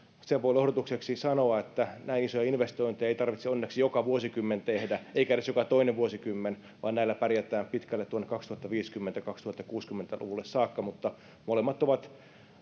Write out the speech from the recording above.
sen voin lohdutukseksi sanoa että näin isoja investointeja ei tarvitse onneksi joka vuosikymmen tehdä eikä edes joka toinen vuosikymmen vaan näillä pärjätään pitkälle tuonne kaksituhattaviisikymmentä viiva kaksituhattakuusikymmentä luvulle saakka molemmat ovat